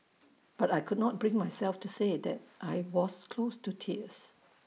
but I could not bring myself to say that I was close to tears